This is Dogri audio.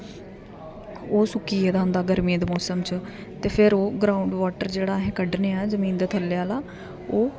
ओह् सुक्की गेदा होंदा गरमियें दे मौसम च ते फिर ओह् ग्रांउड वॉटर जेह्ड़ा असें कड्ढने आं जमीन दे थल्ले आह्ला ओह्